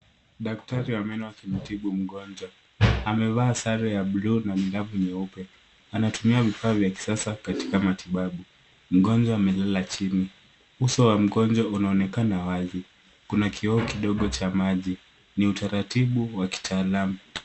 Daktari wa meno akimtibu mgonjwa. Amevaa sare ya blue na glavu nyeupe. Anatumia vifaa vya kisasa katika matibabu. Mgonjwa amelala chini. Uso wa mgonjwa unaonekana wazi. Kuna kioo kidogo cha maji. Ni utaratibu wa kitaalamu.